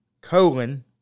colon